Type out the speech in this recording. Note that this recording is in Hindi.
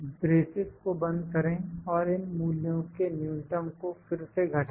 ब्रेसेस को बंद करें और इन मूल्यों के न्यूनतम को फिर से घटाए